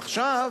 עכשיו